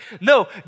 no